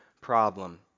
problem